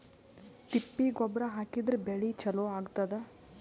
ತಿಪ್ಪಿ ಗೊಬ್ಬರ ಹಾಕಿದ್ರ ಬೆಳಿ ಚಲೋ ಆಗತದ?